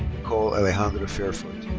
nicole alejandra fairfoot.